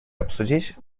обсудить